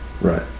Right